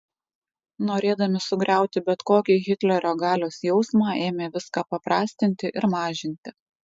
norėdami sugriauti bet kokį hitlerio galios jausmą ėmė viską paprastinti ir mažinti